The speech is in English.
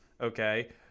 okay